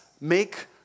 make